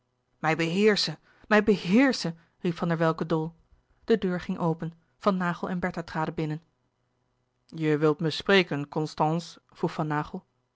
mij beheerschen mij beheerschen riep van der welcke dol de deur ging open van naghel en bertha traden binnen je wilt me spreken constance vroeg van